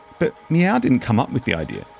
but meow ah didn't come up with the idea.